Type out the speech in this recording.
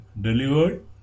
delivered